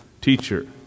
teacher